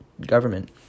government